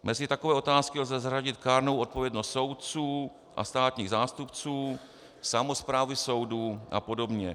Mezi takové otázky lze zařadit kárnou odpovědnost soudců a státních zástupců, samosprávy soudů apod.